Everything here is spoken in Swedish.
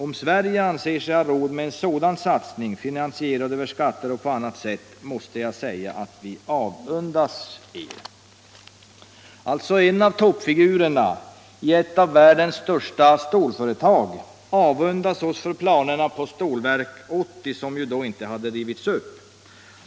Om Sverige anser sig ha råd med en sådan satsning, finansierad över skatter och på annat sätt, så måste jag säga att vi avundas er.” En av toppfigurerna i ett av världens största stålföretag avundades oss alltså planerna på Stålverk 80, som då ännu inte hade rivits upp.